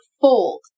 Fold